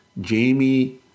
Jamie